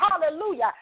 Hallelujah